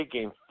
Game